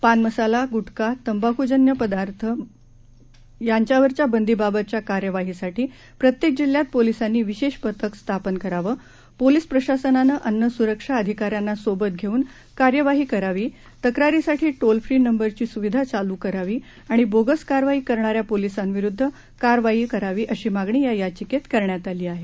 पानमसाला गुटखा तंबाखूजन्यपदार्थबंदीबाबतच्याकार्यवाहीसाठीप्रत्येकजिल्ह्यातपोलिसांनीविशेषपथकस्थापनकरावं पोलीसप्रशासनानंअन्नस्रक्षाअधिकाऱ्यांनासोबतघेऊनकार्यवाहीकरावी तक्रारीसाठीटोलफ्रीनंबरचीसुविधाचालूकरावीआणिबोगसकारवाईकरणाऱ्यापोलिसांविरुद्धकार्यवाहीकरावीअशीमागणीयायाचिकेतकरण्यात आलीआहे